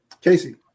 Casey